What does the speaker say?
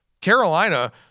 Carolina